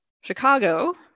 chicago